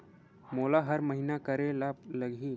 मोला हर महीना करे ल लगही?